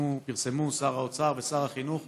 פרסמו שר האוצר ושר החינוך